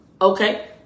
Okay